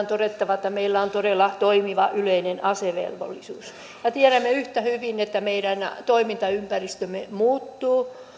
todettava että meillä on todella toimiva yleinen asevelvollisuus ja tiedämme yhtä hyvin että meidän toimintaympäristömme muuttuu